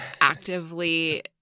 actively